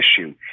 issue